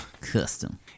Custom